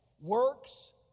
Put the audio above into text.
Works